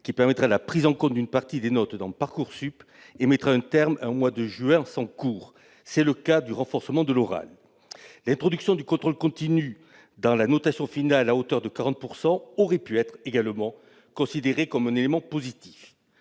qui permettra la prise en compte d'une partie des notes dans Parcoursup et mettra un terme à un mois de juin sans cours. C'est le cas du renforcement de l'oral. L'introduction du contrôle continu dans la notation finale, à hauteur de 40 %, aurait pu être également considérée comme un élément positif.